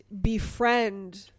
befriend